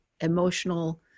emotional